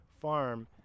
farm